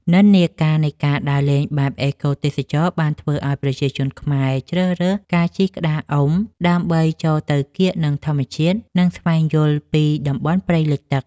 និន្នាការនៃការដើរលេងបែបអេកូទេសចរណ៍ បានធ្វើឱ្យប្រជាជនខ្មែរជ្រើសរើសការជិះក្តារអុំ ដើម្បីចូលទៅកៀកនឹងធម្មជាតិ និងស្វែងយល់ពីតំបន់ព្រៃលិចទឹក។